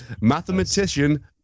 Mathematician